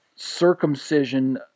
circumcision